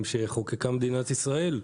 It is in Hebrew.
עברה על החוקים שחוקקה מדינת ישראל.